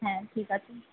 হ্যাঁ ঠিক আছে